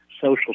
Social